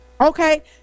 Okay